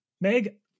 Meg